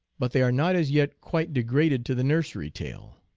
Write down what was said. but they are not as yet quite degraded to the nursery tale.